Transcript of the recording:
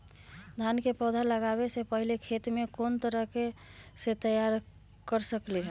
धान के पौधा लगाबे से पहिले खेत के कोन तरह से तैयार कर सकली ह?